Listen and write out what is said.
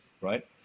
right